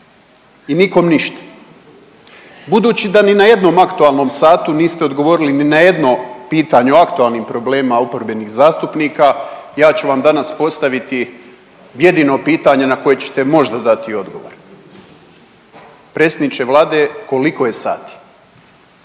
I nikom ništa. Budući da ni na jednom aktualnom satu niste odgovorili ni na jedno pitanje o aktualnim problemima oporbenih zastupnika ja ću vam danas postaviti jedino pitanje na koje ćete možda dati odgovor. Predsjedniče Vlade koliko je sati?